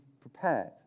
prepared